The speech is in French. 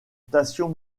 stations